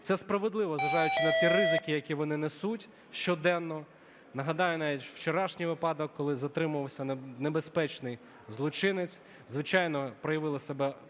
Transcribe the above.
Це справедливо, зважаючи на ті ризики, які вони несуть щоденно. Нагадаю, навіть вчорашній випадок, коли затримувався небезпечний злочинець, звичайно, проявили себе